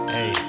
Hey